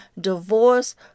divorce